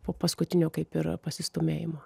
po paskutinio kaip ir pasistūmėjimo